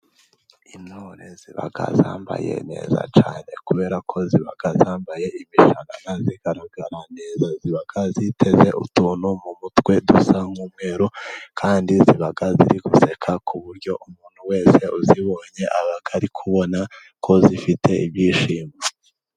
Intore ziba zambaye neza cyane kubera ko ziba zambaye imishanana, zigaragara neza, ziba ziteze utuntu mu mutwe dusa nk'umweru, kandi ziba ziri guseka ku buryo umuntu wese uzibonye, aba ari kubona ko zifite ibyishimo.